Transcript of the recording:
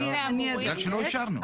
בגלל של אישרנו.